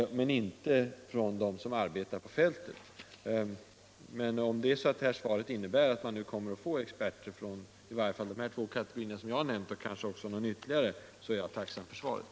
medan det inte finns någon från dem som arbetar på fältet. Men om svaret innebär att man nu får experter från i varje fall de två kategorier som jag har nämnt och kanske någon ytterligare, är jag tacksam för det.